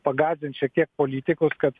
pagąsdinti šiek tiek politikus kad